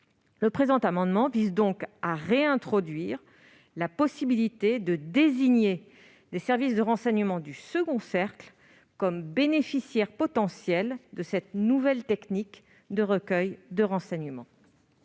Le présent amendement vise donc à réintroduire la possibilité de désigner les services de renseignement du second cercle comme bénéficiaires potentiels de cette nouvelle technique de recueil de renseignements.